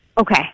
Okay